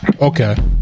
okay